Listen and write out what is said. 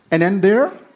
and end there,